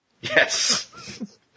Yes